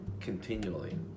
continually